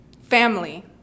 family